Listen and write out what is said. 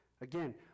Again